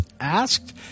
asked